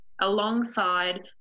alongside